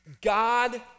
God